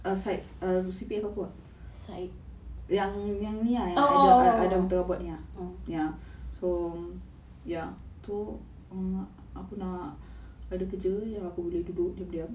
err side uh C_P_F aku ah yang yang ni ah yang adam adam tengah buat ni ah ya so ya tu aku nak ada kerja yang aku boleh duduk diam-diam